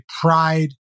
pride